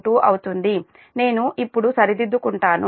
22 అవుతుంది నేను ఇప్పుడు సరిదిద్దుకుంటాను